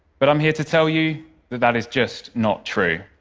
but i'm here to tell you that that is just not true.